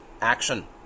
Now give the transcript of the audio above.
action